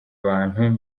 bantu